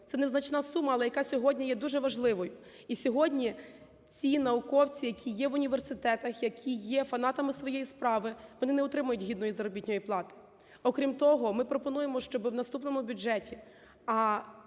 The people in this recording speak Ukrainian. Це незначна сума, але яка сьогодні є дуже важливою. І сьогодні ці науковці, які є в університетах, які є фанатами своєї справи, вони не отримують гідної заробітної плати. Окрім того, ми пропонуємо, щоби в наступному бюджеті,